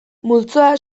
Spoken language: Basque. multzoa